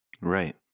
Right